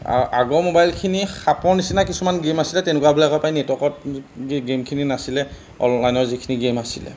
আৰু আগৰ মোবাইলখিনি সাপৰ নিচিনা কিছুমান গেম আছিলে তেনেকুৱাবিলাকৰ পৰাই নেটৱৰ্কত গেমখিনি নাছিলে অনলাইনৰ যিখিনি গেম আছিলে